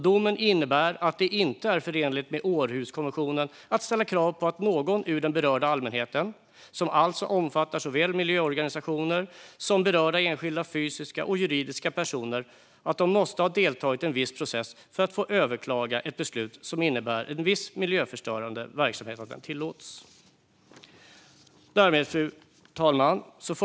Domen innebär att det inte är förenligt med Århuskonventionen att ställa krav på att någon ur den berörda allmänheten, vilket alltså omfattar såväl vissa miljöorganisationer som berörda enskilda fysiska och juridiska personer, måste ha deltagit i en viss process för att få överklaga ett beslut som innebär att viss miljöstörande verksamhet tillåts. Fru talman!